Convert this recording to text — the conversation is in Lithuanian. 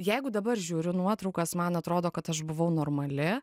jeigu dabar žiūriu nuotraukas man atrodo kad aš buvau normali